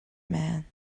man